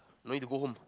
no need to go home